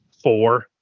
Four